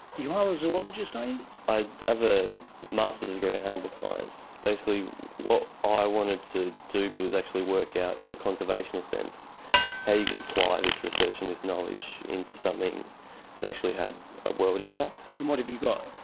you are a zoologist, are you? i have a masters degree in animal science. basically what i wanted to do was actually work out in a conservational sense how you could apply this research and this knowledge into something that actually had a world impact. and what have you got?